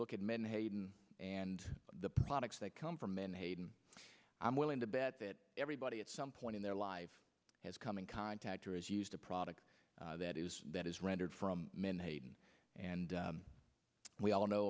look at men haydon and the products that come from menhaden i'm willing to bet that everybody at some point in their life has come in contact or is used a product that is that is rendered from menhaden and we all know